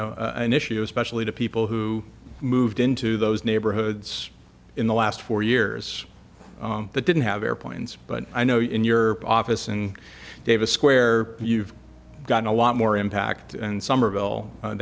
know an issue especially to people who moved into those neighborhoods in the last four years that didn't have air points but i know in your office in davis square you've gotten a lot more impact and somerville